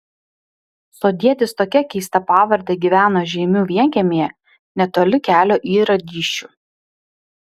sodietis tokia keista pavarde gyveno žeimių vienkiemyje netoli kelio į radyščių